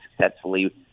successfully